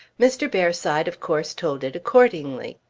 mr. bearside of course told it accordingly.